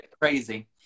crazy